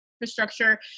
infrastructure